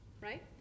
right